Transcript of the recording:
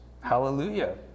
Hallelujah